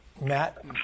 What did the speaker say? Matt